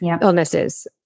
illnesses